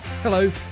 Hello